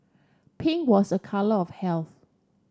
pink was a colour of health